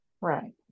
Right